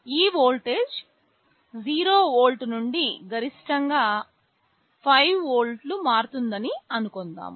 ఈ voltage 0 volt నుండి కొంత గరిష్టంగా 5 వోల్ట్లు మారుతుందని అనుకుందాం